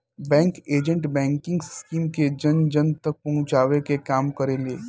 bank agent banking scheme के जन जन तक पहुंचावे के काम करेले